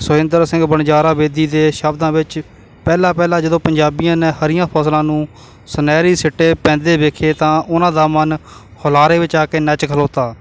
ਸੋਇੰਦਰ ਸਿੰਘ ਬਣਜਾਰਾ ਬੇਦੀ ਦੇ ਸ਼ਬਦਾਂ ਵਿੱਚ ਪਹਿਲਾਂ ਪਹਿਲਾਂ ਜਦੋਂ ਪੰਜਾਬੀਆਂ ਨੇ ਹਰੀਆਂ ਫਸਲਾਂ ਨੂੰ ਸੁਨਹਿਰੀ ਸਿੱਟੇ ਪੈਂਦੇ ਵੇਖੇ ਤਾਂ ਉਹਨਾਂ ਦਾ ਮਨ ਹੁਲਾਰੇ ਵਿੱਚ ਆ ਕੇ ਨੱਚ ਖਲੋਤਾ